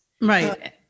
Right